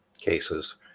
cases